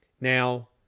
Now